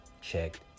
checked